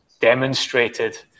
demonstrated